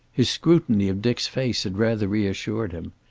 his scrutiny of dick's face had rather reassured him.